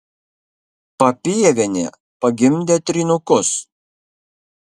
papievienė pagimdė trynukus